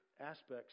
aspects